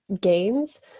gains